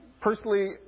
personally